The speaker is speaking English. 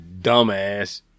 dumbass